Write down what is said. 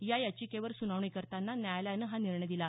या याचिकेवर सुनावणी करताना न्यायालयाने हा निर्णय दिला